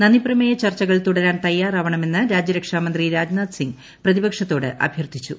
നുദ്ദീപ്പ്ര്മേയചർച്ചകൾ തുടരാൻ തയ്യാറാവണമെന്ന് രാജ്യരക്ഷാമന്ത്രി രാജ്നാഥ് സിംഗ് പ്രതിപക്ഷത്തോട് അഭ്യർത്ഥിച്ചു